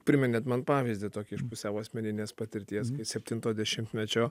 priminėt man pavyzdį tokį iš pusiau asmeninės patirties kai septinto dešimtmečio